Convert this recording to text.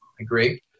Agree